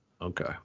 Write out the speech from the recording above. Okay